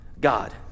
God